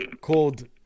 called